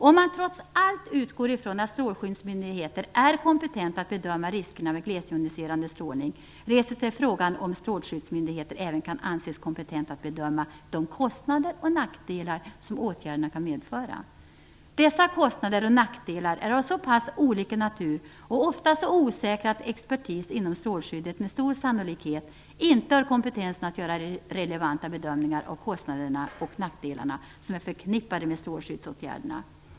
Om man trots allt utgår från att strålskyddsmyndigheter är kompetenta att bedöma riskerna med glesjoniserande strålning reser sig frågan om strålskyddsmyndigheter även kan anses kompetenta att bedöma de kostnader och nackdelar som åtgärderna kan medföra. Dessa kostnader och nackdelar är av så pass olika natur och är ofta så osäkra att expertis inom strålskyddet med stor sannolikhet inte har kompetens att göra relevanta bedömningar av kostnader och nackdelar som är förknippade med strålskyddsåtgärderna.